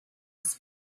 was